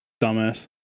dumbass